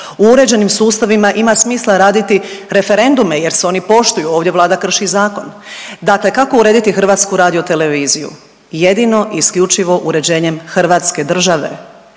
u uređenim sustavima ima smisla raditi referendume jer se poštuju, ovdje Vlada krši zakon. Dakle, kako urediti HRT? Jedino i isključivo uređenjem Hrvatske države,